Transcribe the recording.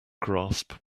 grasp